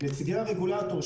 נציגי הרגולטור,